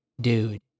dude